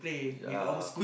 yea